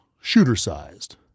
shooter-sized